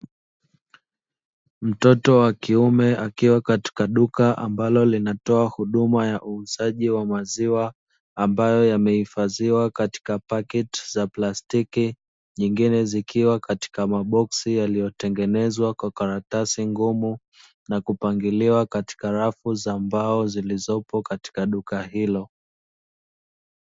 Mtoto wa kiume akiwa katika duka ambalo linatoa huduma ya uuzaji wa maziwa, ambayo yamehifadhiwa katika pakiti za plastiki, nyingine zikiwa katika maboksi yaliyotengenezwa kwa karatasi ngumu, na kupangiliwa katika rafu za mbao zilizopo katika duka hilo.